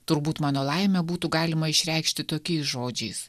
turbūt mano laimę būtų galima išreikšti tokiais žodžiais